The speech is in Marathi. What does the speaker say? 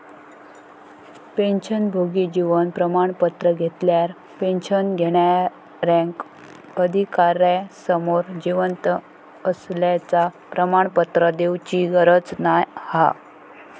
पेंशनभोगी जीवन प्रमाण पत्र घेतल्यार पेंशन घेणार्याक अधिकार्यासमोर जिवंत असल्याचा प्रमाणपत्र देउची गरज नाय हा